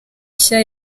nshya